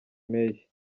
mpeshyi